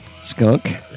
Skunk